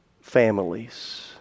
families